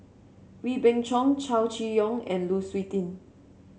Wee Beng Chong Chow Chee Yong and Lu Suitin